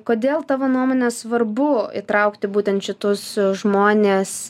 kodėl tavo nuomone svarbu įtraukti būtent šitus žmones